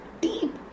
deep